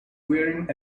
wearing